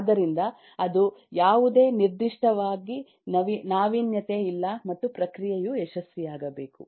ಆದ್ದರಿಂದ ಅದು ಯಾವುದೇ ನಿರ್ದಿಷ್ಟವಾಗಿ ನಾವೀನ್ಯತೆ ಇಲ್ಲ ಮತ್ತು ಪ್ರಕ್ರಿಯೆಯು ಯಶಸ್ವಿಯಾಗಬೇಕು